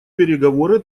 переговоры